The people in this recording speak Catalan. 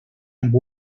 amb